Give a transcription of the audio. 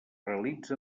realitze